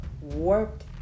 warped